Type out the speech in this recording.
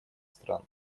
стран